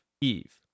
Eve